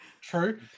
True